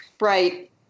right